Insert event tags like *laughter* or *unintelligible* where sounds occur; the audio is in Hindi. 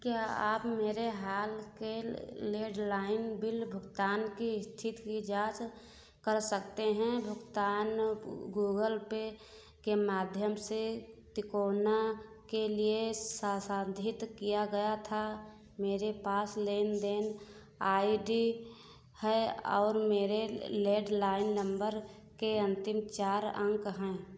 क्या आप मेरे हाल के लेडलाइन बिल भुगतान की स्थिति की जाँच कर सकते हैं भुगतान गूगल पे के माध्यम से तिकोना के लिए *unintelligible* किया गया था मेरे पास लेन देन आई डी है और मेरे लेडलाइन नम्बर के अंतिम चार अंक हैं